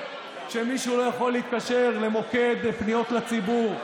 כשמישהו לא יכול להתקשר למוקד פניות לציבור,